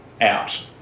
out